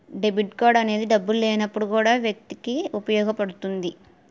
debit card అనేది డబ్బులు లేనప్పుడు కూడా వ్యక్తికి ఉపయోగపడుతుంది